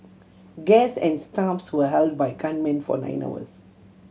guest and staff were held by gunmen for nine hours